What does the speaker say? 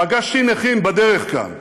פגשתי נכים בדרך, כאן,